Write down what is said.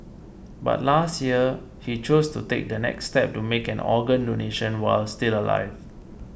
but last year he chose to take the next step to make an organ donation while still alive